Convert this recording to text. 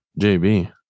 JB